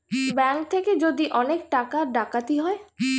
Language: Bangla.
ব্যাঙ্ক থেকে যদি অনেক টাকা ডাকাতি হয়